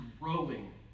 growing